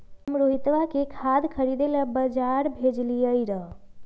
हम रोहितवा के खाद खरीदे ला बजार भेजलीअई र